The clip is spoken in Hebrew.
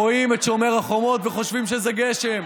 רואים את שומר החומות וחושבים שזה גשם.